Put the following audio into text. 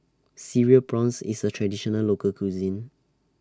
Cereal Prawns IS A Traditional Local Cuisine